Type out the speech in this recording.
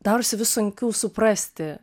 darosi vis sunkiau suprasti